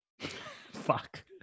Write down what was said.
fuck